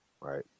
right